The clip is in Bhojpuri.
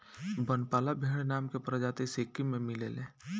बनपाला भेड़ नाम के प्रजाति सिक्किम में मिलेले